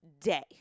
day